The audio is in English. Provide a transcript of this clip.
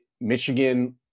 Michigan